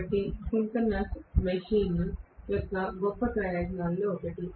కాబట్టి ఇది synchronous machine యొక్క గొప్ప ప్రయోజనాల్లో ఒకటి